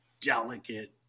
delicate